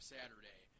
Saturday